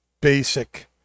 basic